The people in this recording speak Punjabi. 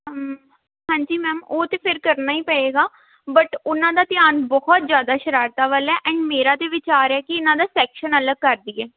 ਹਾਂਜੀ ਮੈਮ ਉਹ ਤਾਂ ਫਿਰ ਕਰਨਾ ਹੀ ਪਏਗਾ ਬਟ ਉਹਨਾਂ ਦਾ ਧਿਆਨ ਬਹੁਤ ਜ਼ਿਆਦਾ ਸ਼ਰਾਰਤਾਂ ਵੱਲ ਹੈ ਐਂਡ ਮੇਰਾ ਤਾਂ ਵਿਚਾਰ ਹੈ ਕਿ ਇਹਨਾਂ ਦਾ ਸੈਕਸ਼ਨ ਅਲੱਗ ਕਰ ਦੀਏ